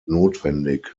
notwendig